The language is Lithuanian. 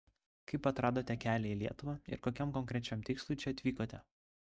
kaip atradote kelią į lietuvą ir kokiam konkrečiam tikslui čia atvykote